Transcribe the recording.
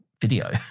video